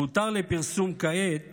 הותר לפרסום כעת